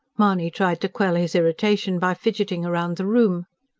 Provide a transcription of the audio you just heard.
mahony tried to quell his irritation by fidgeting round the room.